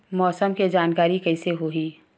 मौसम के जानकारी कइसे होही?